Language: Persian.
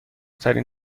ترین